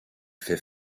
fait